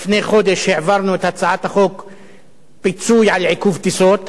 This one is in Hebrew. לפני חודש העברנו את הצעת החוק פיצוי על עיכוב טיסות,